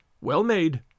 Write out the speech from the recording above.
well-made